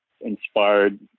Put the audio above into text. inspired